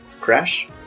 Crash